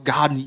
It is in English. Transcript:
God